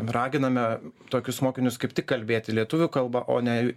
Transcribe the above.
raginame tokius mokinius kaip tik kalbėti lietuvių kalba o ne